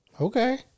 Okay